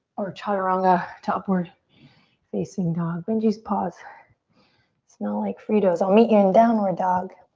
or chaturanga to upward facing dog. benji's paws smell like frito's. i'll meet you in downward dog.